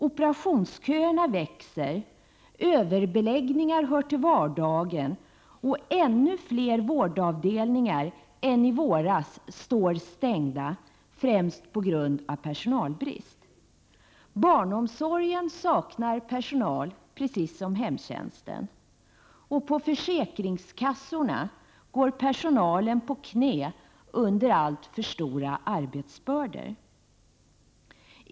Operationsköerna växer, överbeläggningar hör till vardagen, och ännu fler vårdavdelningar än i våras står stängda, främst på grund av personalbrist. Barnomsorgen saknar personal, precis som hemtjänsten. Och på försäkringskassorna går personalen på knä under alltför stora arbetsbördor.